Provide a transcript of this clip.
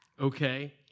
Okay